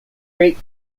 great